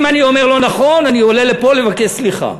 אם אני אומר לא נכון, אני עולה לפה לבקש סליחה.